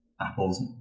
Apple's